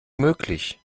möglich